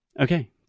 Okay